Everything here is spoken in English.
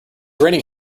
raining